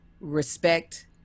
respect